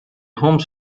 homes